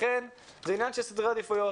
זה עניין של סדרי עדיפויות.